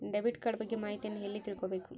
Debit card ಬಗ್ಗೆ ಮಾಹಿತಿಯನ್ನ ಎಲ್ಲಿ ತಿಳ್ಕೊಬೇಕು?